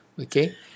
okay